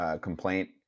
complaint